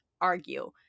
argue